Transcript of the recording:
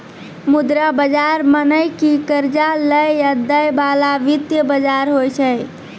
मुद्रा बजार मने कि कर्जा लै या दै बाला वित्तीय बजार होय छै